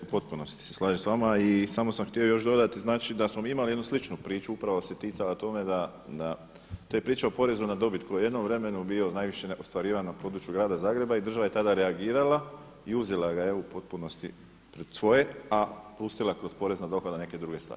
U potpunosti se slažem s vama i samo sam htio još dodati znači da smo mi imali jednu sličnu priču, upravo se ticala toga da to je priča o porezu na dobit koji je u jednom vremenu bio najviše ostvarivan na području grada Zagreba i država je tada reagirala i uzela ga u potpunosti pred svoje, a pustila kroz porez na dohodak na neke druge stvari.